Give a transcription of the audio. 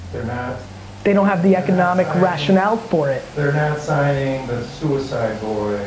they're not they don't have the economic rationale for it. they're not signing the so uicideboy.